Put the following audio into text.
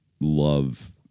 love